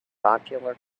popular